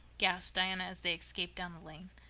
gasped diana, as they escaped down the lane.